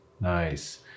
Nice